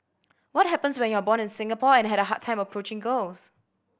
what happens when you are born in Singapore and had a hard time approaching girls